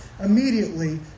immediately